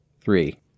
Three